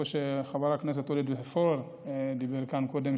חבר הכנסת עודד פורר דיבר כאן קודם,